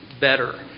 better